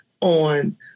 on